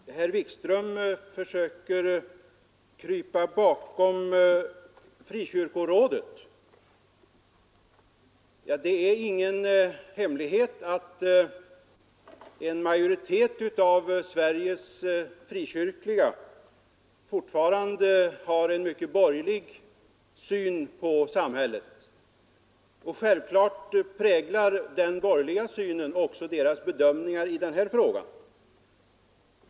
Herr talman! Herr Wikström försöker krypa bakom Frikyrkorådet. Det är ingen hemlighet att en majoritet av Sveriges frikyrkliga invånare fortfarande har en mycket borgerlig syn på samhället. Självklart präglar den borgerliga synen även deras bedömningar i denna fråga.